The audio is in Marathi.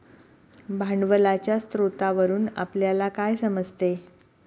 भांडवलाच्या स्रोतावरून आपल्याला काय समजते?